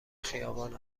خیابان